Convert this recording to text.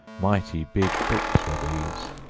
mighty big books were these,